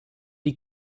die